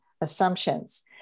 assumptions